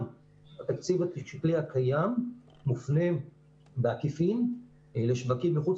גם התקציב השקלי הקיים מופנה בעקיפין לשווקים מחוץ